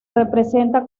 representa